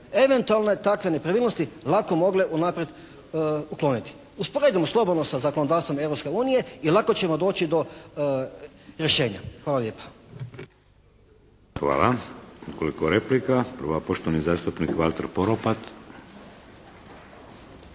eventualne takve nepravilnosti lako mogle unaprijed ukloniti. Usporedimo slobodno sa zakonodavstvo Europske unije i lako ćemo doći do rješenja. Hvala lijepa. **Šeks, Vladimir (HDZ)** Hvala. Nekoliko replika. Prva, poštovani zastupnik Valter Poropat.